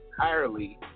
entirely